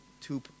two